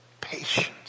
patience